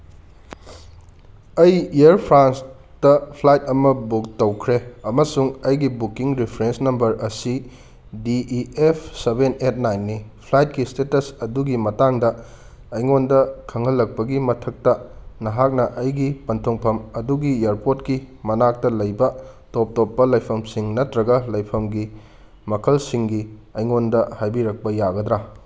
ꯑꯩ ꯏꯌꯔ ꯐ꯭ꯔꯥꯟꯁꯇ ꯐ꯭ꯂꯥꯏꯠ ꯑꯃ ꯕꯨꯛ ꯇꯧꯈ꯭ꯔꯦ ꯑꯃꯁꯨꯡ ꯑꯩꯒꯤ ꯕꯨꯀꯤꯡ ꯔꯤꯐ꯭ꯔꯦꯟꯁ ꯅꯝꯕꯔ ꯑꯁꯤ D E F seven eight ꯅꯥꯏꯟꯅꯤ ꯐ꯭ꯂꯥꯏꯠꯀꯤ ꯏꯁꯇꯦꯇꯁ ꯑꯗꯨꯒꯤ ꯃꯇꯥꯡꯗ ꯑꯩꯉꯣꯟꯗ ꯈꯪꯍꯜꯂꯛꯄꯒꯤ ꯃꯊꯛꯇ ꯅꯍꯥꯛꯅ ꯑꯩꯒꯤ ꯄꯟꯊꯨꯡꯐꯝ ꯑꯗꯨꯒꯤ ꯏꯌꯔꯄꯣꯔꯠꯀꯤ ꯃꯅꯥꯛꯇ ꯂꯩꯕ ꯇꯣꯞ ꯇꯣꯞꯄ ꯂꯩꯐꯝꯁꯤꯡ ꯅꯠꯇ꯭ꯔꯒ ꯂꯩꯐꯝꯒꯤ ꯃꯈꯜꯁꯤꯡꯒꯤ ꯑꯩꯉꯣꯟꯗ ꯍꯥꯏꯕꯤꯔꯛꯄ ꯌꯥꯒꯗ꯭ꯔꯥ